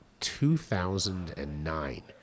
2009